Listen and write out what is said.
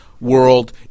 world